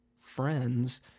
friends